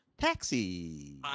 Taxi